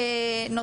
מסתכלים על הפריון,